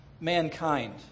mankind